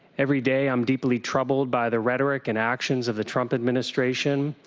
every day, i am deeply troubled by the rhetoric and actions of the trump administration.